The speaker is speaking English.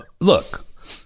look